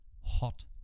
hot